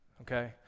Okay